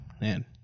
man